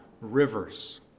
rivers